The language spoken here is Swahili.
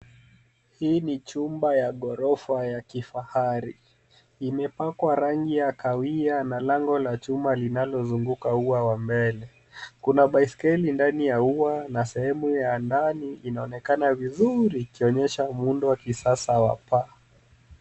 Hii ni chumba ya gorofa ya kifahari ,imepakwa rangi ya kahawia na lango la chuma linalo zunguka ua wa mbele. Kuna baiskeli ndani ya ua na sehemu ya ndani inaonekana vizuri ikionyesha muundo wa kisasa wa paa.